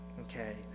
Okay